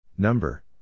Number